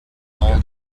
all